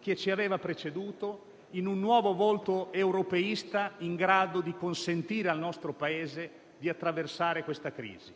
che ci aveva preceduto, in un nuovo volto europeista, in grado di consentire al nostro Paese di attraversare questa crisi.